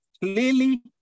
clearly